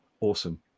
Awesome